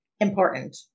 important